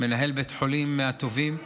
מנהל בית חולים מהטובים,